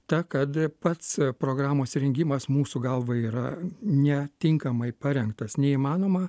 ta kad pats programos rengimas mūsų galva yra ne tinkamai parengtas neįmanoma